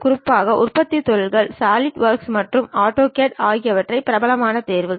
குறிப்பாக உற்பத்தித் தொழில்களில் சாலிட்வொர்க்ஸ் மற்றும் ஆட்டோகேட் ஆகியவை பிரபலமான தேர்வுகள்